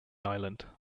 island